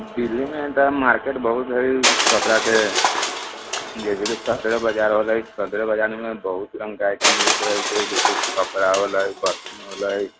दिल्लीमे तऽ मार्केट बहुत हइ कपड़ाके जैसे सदरे बाजार हो गेलै सदरे बाजारमे बहुत रङ्गके आइटम मिलैत रहै छै जैसे कपड़ा होलै बर्तन होलै